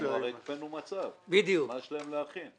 הרי הקפאנו מצב, מה יש להם להכין?